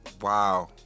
Wow